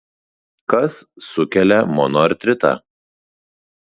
kas sukelia monoartritą